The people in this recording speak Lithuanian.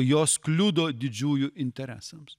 jos kliudo didžiųjų interesams